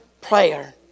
prayer